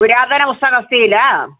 पुरातनपुस्तमस्ति किल